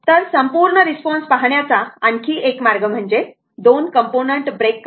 तर संपूर्ण रिस्पॉन्स पाहण्याचा आणखी एक मार्ग म्हणजे दोन कांपोनंट ब्रेक करणे